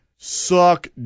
suck